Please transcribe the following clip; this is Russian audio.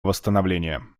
восстановления